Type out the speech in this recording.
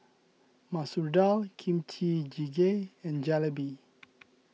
Masoor Dal Kimchi Jjigae and Jalebi